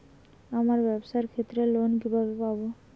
আমার ব্যবসার ক্ষেত্রে লোন কিভাবে পাব?